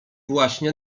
właśnie